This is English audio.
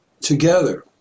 together